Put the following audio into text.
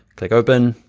click open,